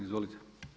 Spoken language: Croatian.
Izvolite.